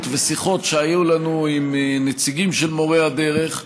ושיחות שהיו לנו עם נציגים של מורי הדרך.